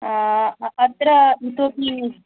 अत्र इतोपि